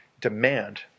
demand